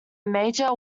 major